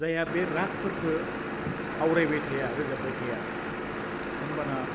जायहा बे रागफोरखौ आवरायबाय थाया रोजाब्बाय थाया होनबाना